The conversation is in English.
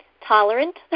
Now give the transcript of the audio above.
tolerant